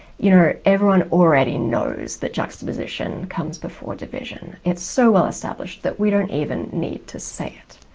you know, everyone already knows that juxtaposition comes before division it's so well-established that we don't even need to say it.